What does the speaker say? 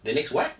the next what